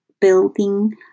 building